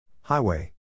Highway